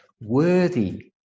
Worthy